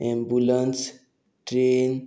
ambulance train